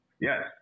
Yes